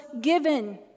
given